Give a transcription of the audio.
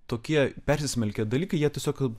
tokie persismelkę dalykai jie tiesiog